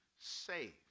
saved